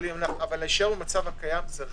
אבל להישאר במצב הקיים זה רע.